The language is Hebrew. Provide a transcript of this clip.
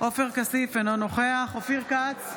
עופר כסיף, אינו נוכח אופיר כץ,